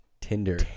Tinder